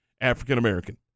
African-American